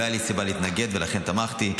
לא הייתה לי סיבה להתנגד ולכן תמכתי.